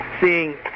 seeing